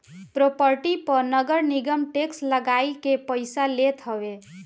property पअ नगरनिगम tax लगाइ के पईसा लेत हवे